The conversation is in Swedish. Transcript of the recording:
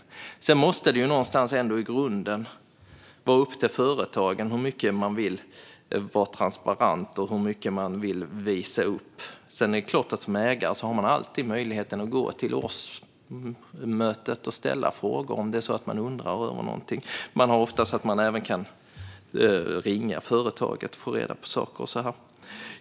I grunden måste det ändå vara upp till företagen hur transparent man vill vara och hur mycket man vill visa upp. Sedan är det klart att man som ägare alltid har möjlighet att gå till årsmötet och ställa frågor, om det är så att man undrar över någonting. Man kan ofta även ringa företaget och få reda på saker.